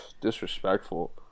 Disrespectful